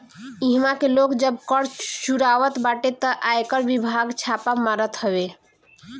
इहवा के लोग जब कर चुरावत बाटे तअ आयकर विभाग छापा मारत हवे